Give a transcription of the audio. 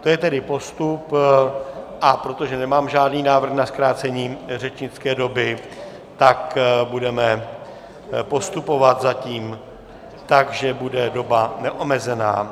To je tedy postup, a protože nemám žádný návrh na zkrácení řečnické doby, tak budeme postupovat zatím tak, že bude doba neomezená.